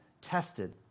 tested